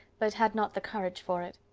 but had not the courage for it.